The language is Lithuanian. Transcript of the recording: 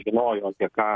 žinojo apie ką